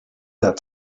that